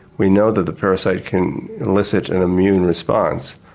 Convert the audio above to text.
we know that the parasite can elicit an immune response.